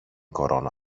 κορώνα